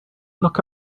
look